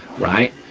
right.